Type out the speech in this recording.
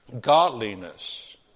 Godliness